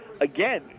again